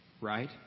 right